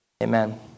Amen